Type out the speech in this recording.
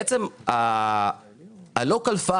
בעצם ה-local file